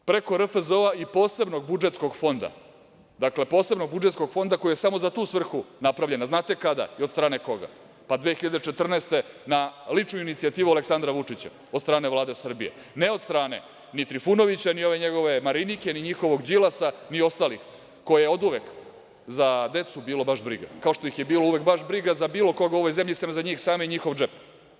Četiri milijarde preko RFZO i posebnog budžetskog fonda, posebnog budžetskog fonda koji je samo za tu svrhu napravljen, a znate kada i od strane koga, 2014. godine na ličnu inicijativu Aleksandra Vučića od strane Vlade Srbije, ne od strane ni Trifunovića, ni ove njegove Marinike, ni ovog Đilasa, ni ostalih koje je oduvek za decu bilo baš briga, kao što ih je uvek bilo baš briga za bilo koga u ovoj zemlji sem za njih same i njihov džep.